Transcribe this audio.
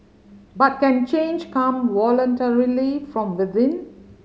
but can change come voluntarily from within